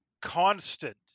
constant